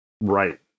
right